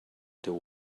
teu